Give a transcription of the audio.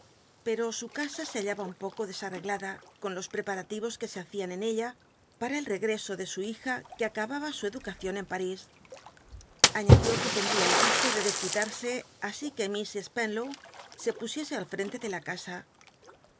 pero su casa se hallaba un poco desarreglada con los preparativos que se hacian en ella para el tegreso de su hija que acababa su educacían en paris añadió que tendría el gusto de desquitarse así que miss spcn low se pusiese al frente de la casa